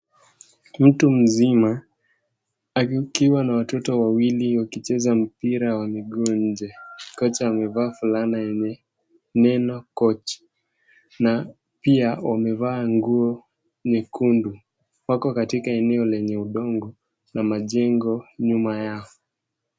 Mtu mzima akiwa na watoto wawili wakicheza mpira wa miguu nje. Kocha amevaa fulana yenye neno coach na pia wamevaa nguo nyekundu, wako katika eneo lenye udongo na majengo nyuma yao.